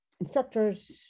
instructors